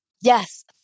Yes